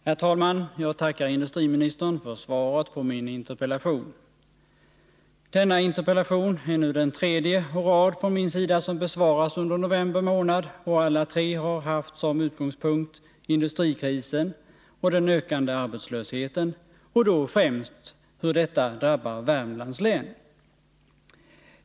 Herr talman! Jag tackar industriministern för svaret på min interpellation. Denna interpellation är nu den tredje i rad från min sida som besvaras under november månad och alla tre har haft som utgångspunkt industrikrisen och Nr 38 den ökande arbetslösheten och då främst hur detta drabbar Värmlands län.